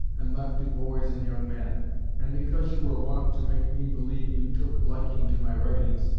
and left to boys and young men and because you were wont to make me believe you took liking to my writings,